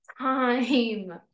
time